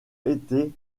été